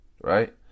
right